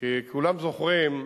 כי כולם זוכרים,